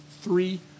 three